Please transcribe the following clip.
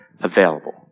available